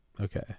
Okay